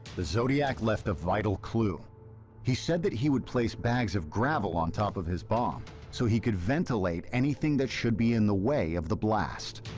the zodiac left a vital clue he said that he would place bags of gravel on top of his bomb so he could ventilate anything that should be in the way of the blast.